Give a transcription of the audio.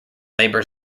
labour